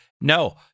no